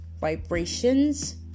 vibrations